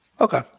Okay